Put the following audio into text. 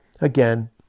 again